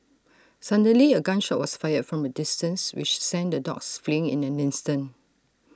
suddenly A gun shot was fired from A distance which sent the dogs fleeing in an instant